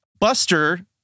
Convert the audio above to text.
Buster